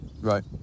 right